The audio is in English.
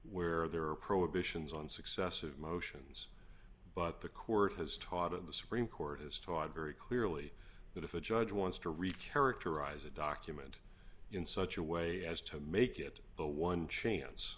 where there are prohibitions on successive motions but the court has taught in the supreme court has taught very clearly that if a judge wants to read characterize a document in such a way as to make it a one chance